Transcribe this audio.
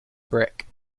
brick